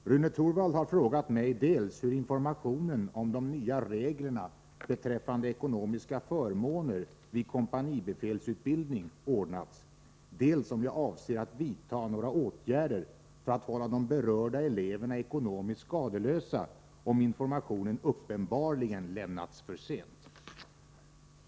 Herr talman! Rune Torwald har frågat mig dels hur informationen om de nya reglerna beträffande ekonomiska förmåner vid kompanibefälsutbildning ordnats, dels om jag avser att vidta några åtgärder för att hålla de berörda eleverna ekonomiskt skadeslösa om informationen uppenbarligen lämnats för sent.